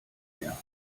mehr